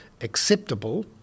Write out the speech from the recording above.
acceptable